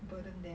burden them